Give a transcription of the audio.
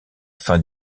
fin